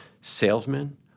salesmen